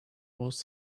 most